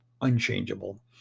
unchangeable